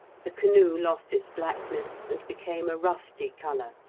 the canoe lost its blackness, and became a rusty colour.